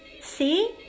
See